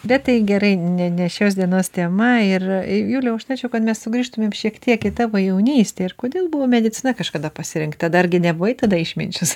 bet tai gerai ne ne šios dienos tema ir juliau aš norėčiau kad mes sugrįžtumėm šiek tiek į tavo jaunystę ir kodėl buvo medicina kažkada pasirinkta dargi nebuvai tada išminčius